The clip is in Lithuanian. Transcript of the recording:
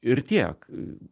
ir tiek